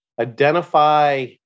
identify